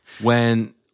when-